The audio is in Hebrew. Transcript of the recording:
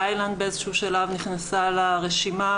תאילנד באיזה שלב נכנסה לרשימה,